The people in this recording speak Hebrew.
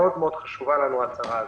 מאוד מאוד חשובה לנו ההצהרה הזאת.